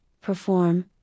perform